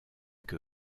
que